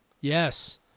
Yes